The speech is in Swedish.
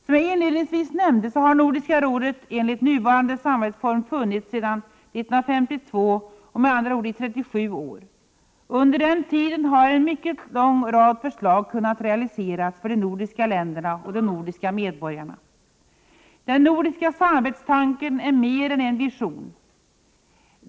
Som jag inledningsvis nämnde har Nordiska rådet enligt nuvarande samarbetsform funnits sedan 1952, med andra ord i 37 år. Under den tiden har en mycket lång rad förslag kunnat realiseras för de nordiska länderna och de nordiska medborgarna. Den nordiska samarbetstanken är mer än en vision.